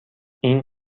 این